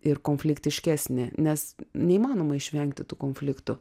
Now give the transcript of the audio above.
ir konfliktiškesnį nes neįmanoma išvengti tų konfliktų